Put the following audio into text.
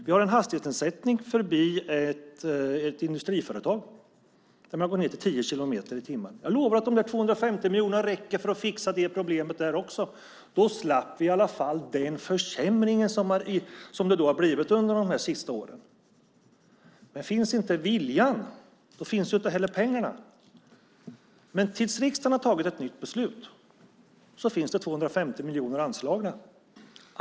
Vi har en hastighetsnedsättning förbi ett industriföretag, där man går ned till 10 kilometer i timmen. Jag lovar att de där 250 miljonerna räcker för att fixa det problemet där också. Då skulle vi i alla fall slippa den försämring som det har blivit under de sista åren. Men om inte viljan finns så finns inte heller pengarna. Till dess att riksdagen har fattat ett nytt beslut finns det 250 miljoner anslagna.